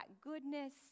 goodness